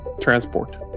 transport